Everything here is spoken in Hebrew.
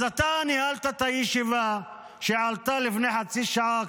אתה ניהלת את הישיבה כשהיא עלתה לפני חצי שעה,